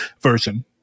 version